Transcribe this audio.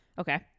Okay